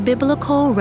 Biblical